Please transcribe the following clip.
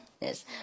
Yes